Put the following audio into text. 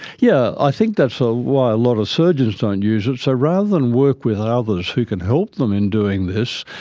yeah i think that's so why a lot of surgeons don't use it. so rather than work with others who can help them in doing this,